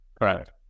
Correct